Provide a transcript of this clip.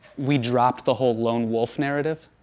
we dropped the whole lone wolf narrative.